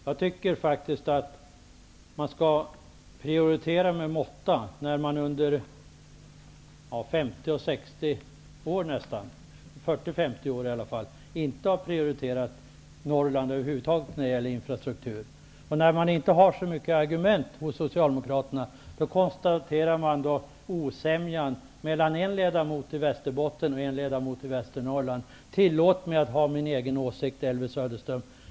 Jag tycker faktiskt att man skall prioritera med måtta när man under i alla fall 40--50 år inte har prioriterat Norrland över huvud taget när det gäller infrastruktur. När nu Socialdemokraterna inte har så många argument, konstaterar man i stället att det råder osämja mellan en ledamot i Västerbotten och en ledamot i Västernorrland. Tillåt mig att ha min egen åsikt, Elvy Söderström.